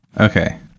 Okay